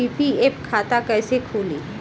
PPF खाता कैसे खुली?